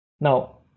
Now